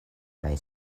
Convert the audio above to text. kaj